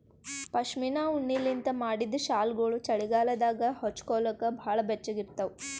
ಪಶ್ಮಿನಾ ಉಣ್ಣಿಲಿಂತ್ ಮಾಡಿದ್ದ್ ಶಾಲ್ಗೊಳು ಚಳಿಗಾಲದಾಗ ಹೊಚ್ಗೋಲಕ್ ಭಾಳ್ ಬೆಚ್ಚಗ ಇರ್ತಾವ